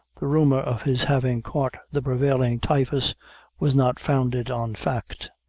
the rumor of his having caught the prevailing typhus was not founded on fact.